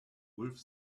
ulf